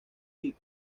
high